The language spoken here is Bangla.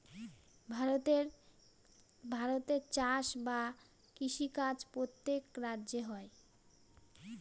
ভারতে চাষ বা কৃষি কাজ প্রত্যেক রাজ্যে হয়